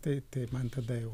tai man tada jau